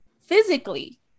physically